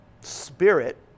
spirit